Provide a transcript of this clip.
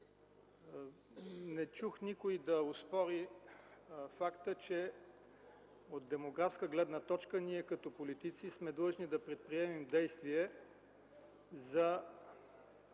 Не чух никой да оспори факта, че от демографска гледна точка ние, като политици, сме длъжни да предприемем действия за